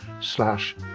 slash